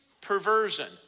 perversion